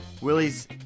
Willie's